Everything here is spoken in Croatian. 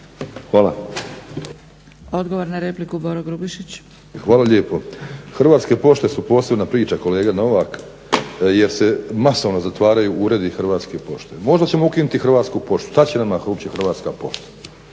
Boro Grubišić. **Grubišić, Boro (HDSSB)** Hvala lijepo. Hrvatske pošte su posebna priča kolega Novak, jer se masovno zatvaraju uredi Hrvatske pošte. Možda ćemo ukinuti i Hrvatsku poštu, šta će nama uopće Hrvatska pošta.